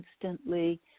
instantly